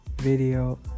video